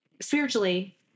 spiritually